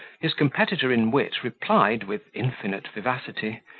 his competitor in wit replied, with infinite vivacity,